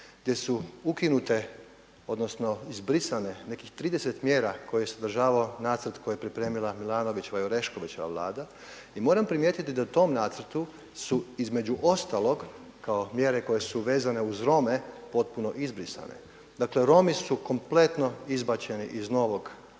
gdje su ukinute, odnosno izbrisane nekih 30 mjera koje je sadržavao nacrt koji je pripremila Milanovićeva i Oreškovićeva Vlada. I moram primijetiti da u tom nacrtu su između ostalog kao mjere koje su vezane uz Rome potpuno izbrisane. Dakle Romi su kompletno izbačeni iz novog